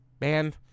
man